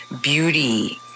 beauty